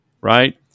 right